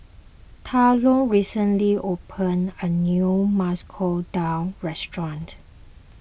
Talon recently opened a new Masoor Dal restaurant